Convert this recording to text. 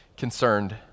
Concerned